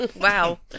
Wow